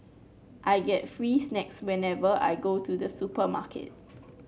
I get free snacks whenever I go to the supermarket